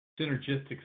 synergistic